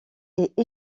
est